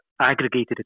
aggregated